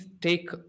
take